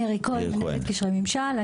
מירי כהן, מנהלת קשרי ממשל.